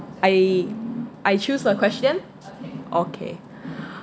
I I choose a question okay